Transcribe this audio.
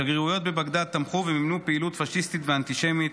שגרירויות בבגדאד תמכו ומימנו פעילות פשיסטית ואנטישמית,